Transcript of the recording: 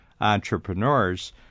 entrepreneurs